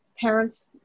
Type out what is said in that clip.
parents